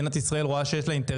ושם אנחנו נשים דגש.